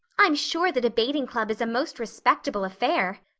i'm sure the debating club is a most respectable affair,